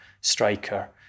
striker